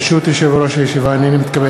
ברשות יושב-ראש הישיבה, הנני מתכבד